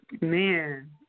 man